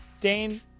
Dane